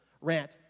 rant